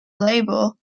label